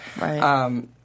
Right